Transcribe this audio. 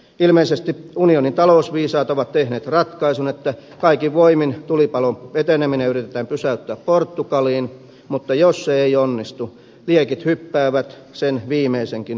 ilmeisesti unionin talousviisaat ovat tehneet ratkaisun että kaikin voimin tulipalon eteneminen yritetään pysäyttää portugaliin mutta jos se ei onnistu liekit hyppäävät sen viimeisenkin palokanavan yli